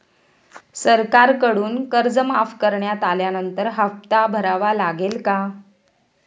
सरकारकडून कर्ज माफ करण्यात आल्यानंतर हप्ता भरावा लागेल का?